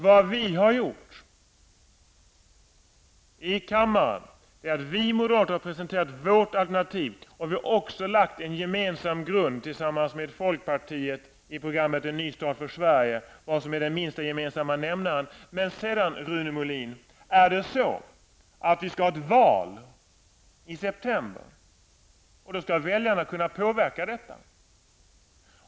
Vi moderater har i kammaren presenterat vårt alternativ, och vi har också lagt en gemensam grund tillsammans med folkpartiet i programmet ''Ny start för Sverige''. Det är den minsta gemensamma nämnaren. I september, Rune Molin, är det val, och då skall väljarna kunna påverka detta.